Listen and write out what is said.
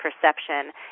perception